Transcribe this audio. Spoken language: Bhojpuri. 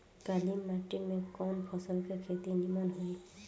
काली माटी में कवन फसल के खेती नीमन होई?